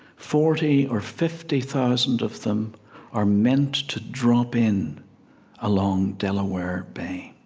forty or fifty thousand of them are meant to drop in along delaware bay